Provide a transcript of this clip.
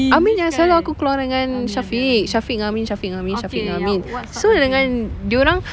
amin yang selalu aku keluar dengan syafiq syafiq dengan amin syafiq dengan amin syafiq dengan amin so dengan dorang